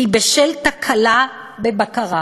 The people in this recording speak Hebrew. כי בשל תקלה בבקרה